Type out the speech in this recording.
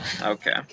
Okay